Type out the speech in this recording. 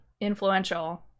influential